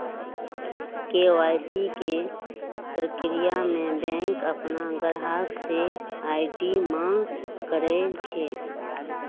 KYC के परक्रिया में बैंक अपन गाहक से आई.डी मांग करई छई